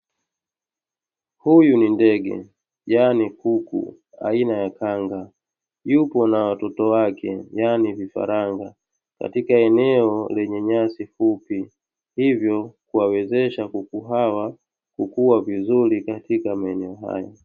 Huyu ni ndege, yaani kuku aina ya kanga, yuko na watoto wake, yaani vifaranga, katika eneo lenye nyasi fupi hivo kuwawezesha kuku hawa kukua vizuri katika maeneo haya.